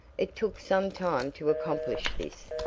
it took some time to accomplish this,